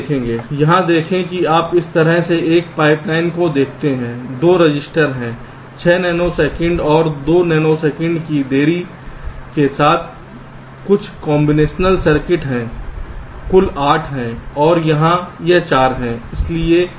यहां देखें कि आप इस तरह से एक पाइपलाइन को देखते हैं 2 रजिस्टर हैं 6 नैनो सेकंड और 2 नैनो सेकंड की देरी के साथ कुछ कॉम्बिनेशनल सर्किट हैं कुल 8 है और यहाँ यह 4 है